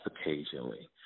occasionally